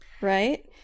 right